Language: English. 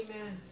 Amen